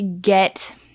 get